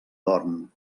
dorm